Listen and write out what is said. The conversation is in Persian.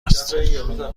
است